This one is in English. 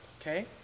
Okay